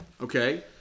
Okay